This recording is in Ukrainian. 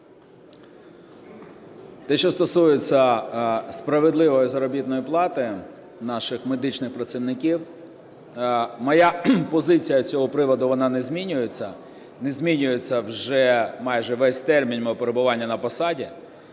Те, що стосується справедливої заробітної плати наших медичних працівників, моя позиція з цього приводу, вона не змінюється, не змінюється вже майже весь термін мого перебування на посаді.